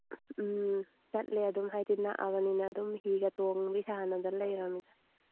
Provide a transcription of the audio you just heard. ꯎꯝ ꯆꯠꯂꯦ ꯑꯗꯨꯝ ꯍꯥꯏꯗꯤ ꯅꯛꯑꯕꯅꯤꯅ ꯑꯗꯨꯝ ꯍꯤꯒ ꯇꯣꯡꯕꯤ ꯁꯥꯟꯅꯗ ꯂꯩꯔꯝꯅꯤ